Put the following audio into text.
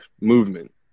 movement